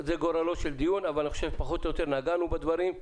זה גורלו של דיון, אבל פחות או יותר נגענו בדברים.